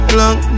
long